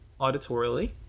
auditorially